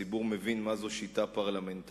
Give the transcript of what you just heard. הציבור מבין מהי שיטה פרלמנטרית.